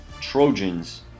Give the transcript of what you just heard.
Trojans